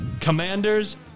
Commanders